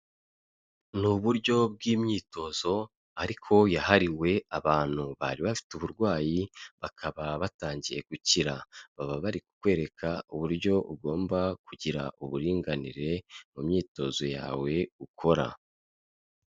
Ni uburyo bw'imyitozo ariko yahariwe abantu bari bafite uburwayi, bakaba batangiye gukira, baba bari kukwereka uburyo ugomba kugira uburinganire mu myitozo yawe ukora.